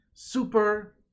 Super